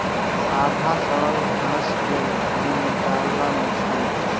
आधा सड़ल घास के निकालल मुश्किल बा